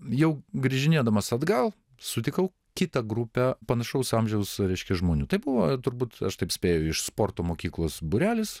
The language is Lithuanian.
jau grįžinėdamas atgal sutikau kitą grupę panašaus amžiaus reiškia žmonių buvo turbūt aš taip spėju iš sporto mokyklos būrelis